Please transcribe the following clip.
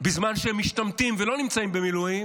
על מפקדי צה"ל בזמן שהם משתמטים ולא נמצאים במילואים.